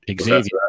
Xavier